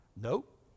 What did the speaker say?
Nope